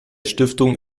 stiftung